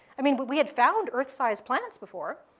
i mean, but we had found earth-sized planets before.